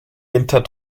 winter